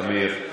מעולם,